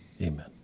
Amen